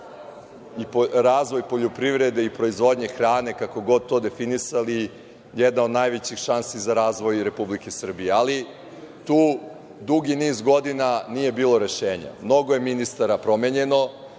i razvoj poljoprivrede i proizvodnje hrane, kako god to definisali, jedna od najvećih šansi za razvoj Republike Srbije, ali tu dugi niz godina nije bilo rešenja. Mnogo je ministara promenjeno,